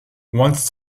once